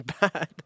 bad